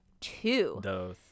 two